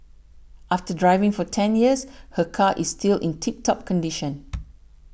after driving for ten years her car is still in tip top condition